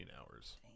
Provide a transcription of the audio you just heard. hours